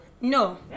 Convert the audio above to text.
no